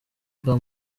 bwa